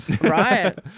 Right